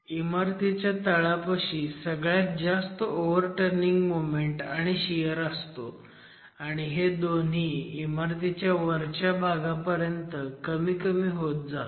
इमारतीच्या तळापाशी सगळ्यात जास्त ओव्हरटर्निंग मोमेंट आणि शियर असतो आणि हे दोन्ही इमारतीच्या वरच्या भागापर्यंत कमी कमी होत जातात